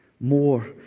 more